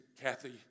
Kathy